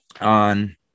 on